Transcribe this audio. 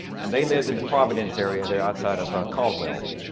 and they lived in the providence area, they're outside of caldwell.